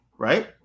Right